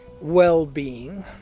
well-being